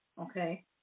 Okay